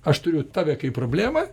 aš turiu tave kaip problemą